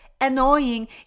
annoying